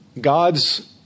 God's